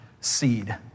seed